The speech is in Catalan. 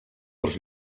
als